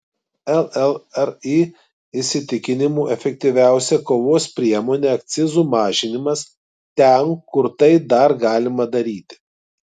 llri įsitikinimu efektyviausia kovos priemonė akcizų mažinimas ten kur tai dar galima daryti